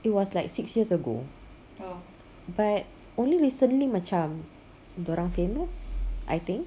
it was like six years ago but only recently macam dia orang famous I think